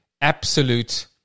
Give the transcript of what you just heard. absolute